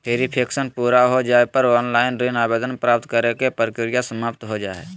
verification पूरा हो जाय पर ऑनलाइन ऋण आवेदन प्राप्त करे के प्रक्रिया समाप्त हो जा हय